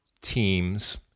teams